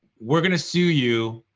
we're going to sue you,